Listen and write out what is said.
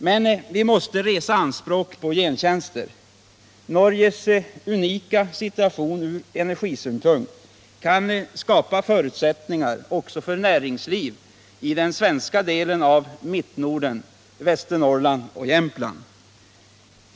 Men vi måste resa anspråk på gentjänster. Norges unika situation ur energisynpunkt kan skapa förutsättningar också för näringsliv i den svenska delen av Mittnorden — Västernorrland och Jämtland.